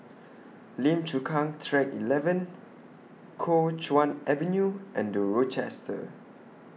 Lim Chu Kang Track eleven Kuo Chuan Avenue and The Rochester